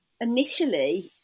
initially